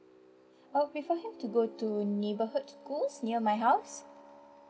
I'll prefer him to go to neighbourhood school near my house